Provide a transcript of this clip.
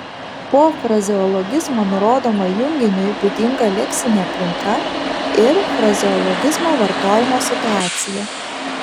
po frazeologizmo nurodoma junginiui būdinga leksinė aplinka ir frazeologizmo vartojimo situacija